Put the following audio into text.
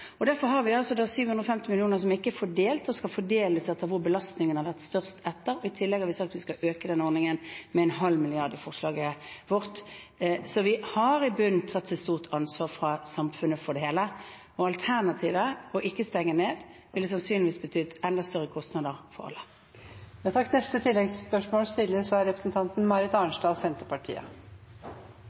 Derfor har vi 750 mill. kr som ikke er fordelt, og som skal fordeles etter hvor belastningen har vært størst. I tillegg har vi i forslaget vårt sagt at vi skal øke den ordningen med 0,5 mrd. kr. Så vi har fra samfunnet i bunnen tatt et stort ansvar for det hele. Alternativet, å ikke stenge ned, ville sannsynligvis betydd enda større kostnader for